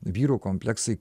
vyrų kompleksai